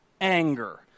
anger